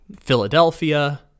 Philadelphia